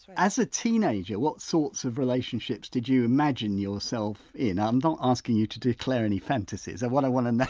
so as a teenager what sorts of relationships did you imagine yourself in? i'm not asking you to declare any fantasies, and what i want to know